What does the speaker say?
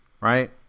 Right